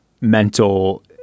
mental